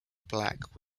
black